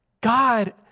God